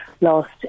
lost